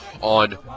on